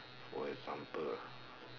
for example ah